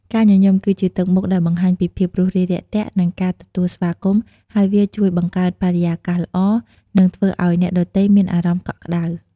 ការញញឹម គឺជាទឹកមុខដែលបង្ហាញពីភាពរួសរាយរាក់ទាក់ និងការទទួលស្វាគមន៍ ហើយវាជួយបង្កើតបរិយាកាសល្អ និងធ្វើឲ្យអ្នកដទៃមានអារម្មណ៍កក់ក្តៅ។